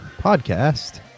podcast